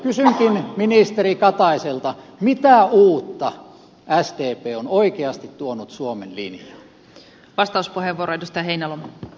kysynkin ministeri kataiselta mitä uutta sdp on oikeasti tuonut suomen linjaan